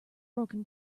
broken